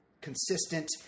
consistent